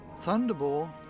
Thunderball